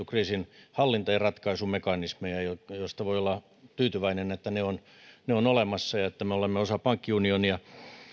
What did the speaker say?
kriisinhallinta ja ratkaisumekanismeja voi olla tyytyväinen että ne ovat ne ovat olemassa ja että me olemme osa pankkiunionia